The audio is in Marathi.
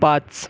पाच